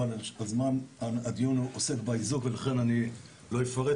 אבל הדיון עוסק באיזוק ולכן אני לא אפרט,